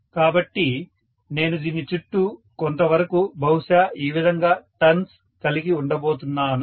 కాబట్టి నేను దీని చుట్టూ కొంతవరకు బహుశా ఈ విధంగా టర్న్స్ కలిగి ఉండబోతున్నాను